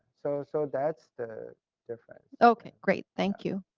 so so that's the difference. okay. great. thank you.